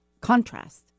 contrast